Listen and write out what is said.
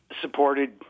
supported